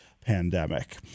pandemic